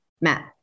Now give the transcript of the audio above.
Matt